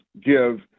give